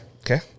Okay